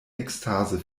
ekstase